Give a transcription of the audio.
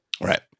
Right